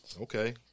Okay